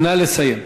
נא לסיים.